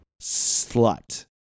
slut